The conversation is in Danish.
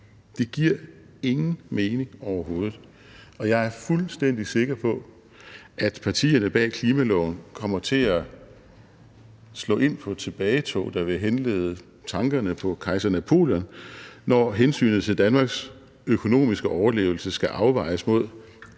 Det giver ingen mening overhovedet, og jeg er fuldstændig sikker på, at partierne bag klimaloven kommer til at slå ind på et tilbagetog, der vil henlede tankerne på kejser Napoleon, når hensynet til Danmarks økonomiske overlevelse skal afvejes mod